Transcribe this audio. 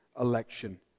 election